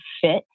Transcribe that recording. fit